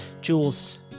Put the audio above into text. Jules